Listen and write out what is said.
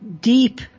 deep